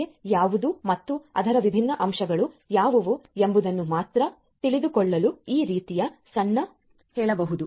ಸಮಸ್ಯೆ ಯಾವುದು ಮತ್ತು ಅದರ ವಿಭಿನ್ನ ಅಂಶಗಳು ಯಾವುವು ಎಂಬುದನ್ನು ಮಾತ್ರ ತಿಳಿದುಕೊಳ್ಳಲು ಈ ರೀತಿಯ ಸಣ್ಣ ಉಪನ್ಯಾಸದಲ್ಲಿ ಹೇಳಬಹುದು